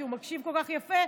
כי הוא מקשיב כל כך יפה,